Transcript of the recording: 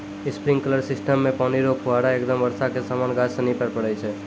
sprinkler system मे पानी रो फुहारा एकदम बर्षा के समान गाछ सनि पर पड़ै छै